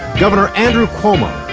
governor andrew cuomo,